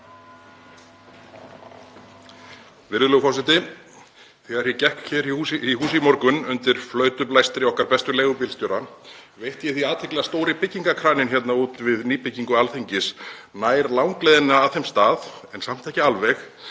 Virðulegur forseti. Þegar ég gekk hér í hús í morgun undir flautublæstri okkar bestu leigubílstjóra veitti ég því athygli að stóri byggingarkraninn hérna úti við nýbyggingu Alþingis nær langleiðina að þeim stað, en samt ekki alveg,